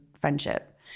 friendship